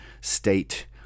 state